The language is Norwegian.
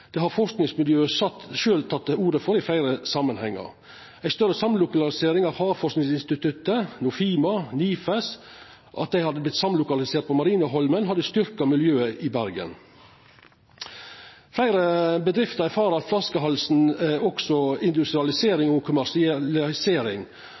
har forskingsmiljøet sjølv teke til orde for i fleire samanhengar. Ei større samlokalisering av Havforskingsinstituttet, Nofima og NIFES på Marineholmen hadde styrkt miljøet i Bergen. Fleire bedrifter erfarer flaskehalsen